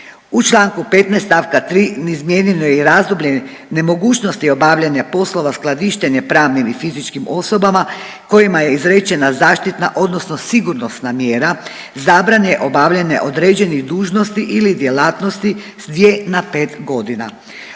U Članku 15. stavka 3. izmijenjeno je i razdoblje nemogućnosti obavljanja poslova skladištenja pravnim i fizičkim osobama kojima je izrečena zaštitna odnosno sigurnosna mjera zabrane obavljanja određenih dužnosti ili djelatnosti s 2 na 5 godina.